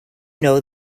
know